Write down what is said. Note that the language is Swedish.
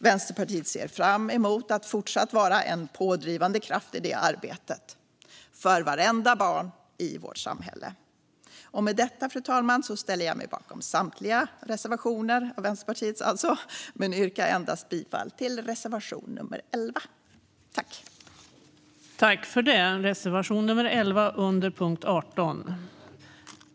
Vänsterpartiet ser fram emot att fortsatt vara en pådrivande kraft i det arbetet - för vartenda barn i vårt samhälle. Med detta, fru talman, ställer jag mig bakom samtliga Vänsterpartiets reservationer, men jag yrkar bifall endast till reservation nummer 11 under punkt 18.